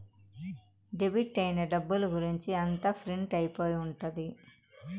debit అయిన డబ్బుల గురుంచి అంతా ప్రింట్ అయి ఉంటది